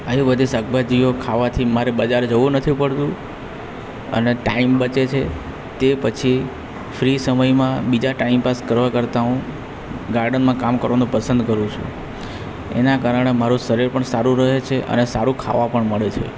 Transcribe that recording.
આવી બધી શાકભાજીઓ ખાવાથી મારે બજાર જવું નથી પડતું અને ટાઈમ બચે છે તે પછી ફ્રી સમયમાં બીજા ટાઈમપાસ કરવા કરતાં હું ગાર્ડનમાં કામ કરવાનું પસંદ કરું છું એના કારણે મારું શરીર પણ સારું રહે છે અને સારું ખાવા પણ મળે છે